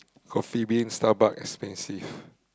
Coffee-Bean Starbucks expensive